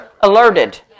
alerted